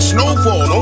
Snowfall